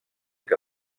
que